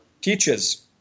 teaches